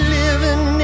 living